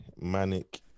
manic